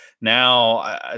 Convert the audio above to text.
now